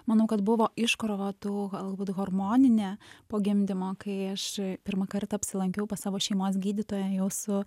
manau kad buvo iškrova tų galbūt hormoninę po gimdymo kai aš pirmą kartą apsilankiau pas savo šeimos gydytoją jau su